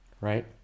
right